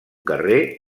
carrer